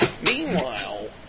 meanwhile